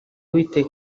witaye